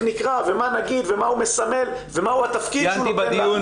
נקרא ומה נגיד ומה הוא מסמל ומה התפקיד שהוא נותן לאדם.